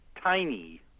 tiny